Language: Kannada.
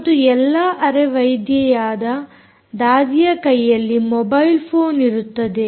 ಮತ್ತು ಎಲ್ಲಾ ಅರೆ ವೈದ್ಯೆಯಾದ ದಾದಿಯ ಕೈಯಲ್ಲಿ ಮೊಬೈಲ್ ಫೋನ್ ಇರುತ್ತದೆ